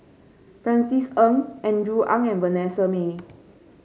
Francis Ng Andrew Ang and Vanessa Mae